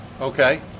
Okay